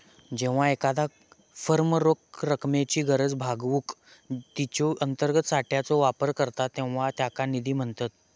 जेव्हा एखादा फर्म रोख रकमेची गरज भागवूक तिच्यो अंतर्गत साठ्याचो वापर करता तेव्हा त्याका निधी म्हणतत